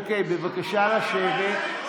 אוקיי, בבקשה לשבת.